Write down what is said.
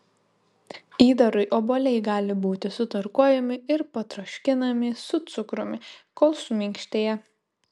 įdarui obuoliai gali būti sutarkuojami ir patroškinami su cukrumi kol suminkštėja